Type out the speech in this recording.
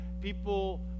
people